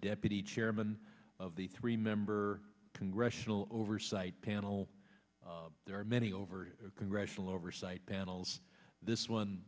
deputy chairman of the three member congressional oversight panel there are many over the congressional oversight panel this one